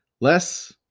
less